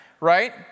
right